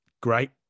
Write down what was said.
Great